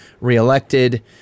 reelected